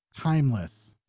Timeless